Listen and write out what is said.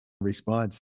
response